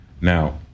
now